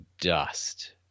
dust